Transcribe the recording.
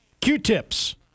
Q-tips